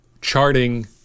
charting